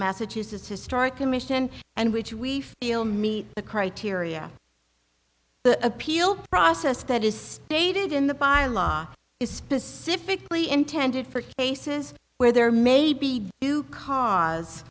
massachusetts historic commission and which we feel meet the criteria the appeal process that is stated in the by law is specifically intended for cases where there may be due cause